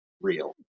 real